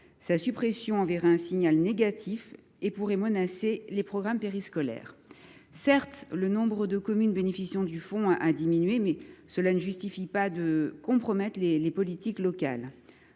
Sa suppression enverrait un signal négatif et menacerait les programmes périscolaires. Certes, le nombre de communes bénéficiant du fonds a diminué. Mais cela ne justifie pas de compromettre les politiques locales.